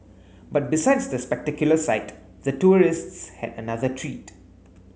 but besides the spectacular sight the tourists had another treat